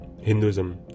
Hinduism